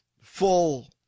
full